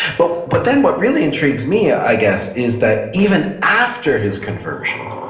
but but then what really intrigues me, i guess is that even after his conversion.